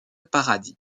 paradis